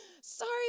Sorry